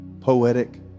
poetic